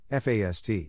FAST